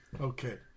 Okay